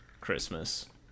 Christmas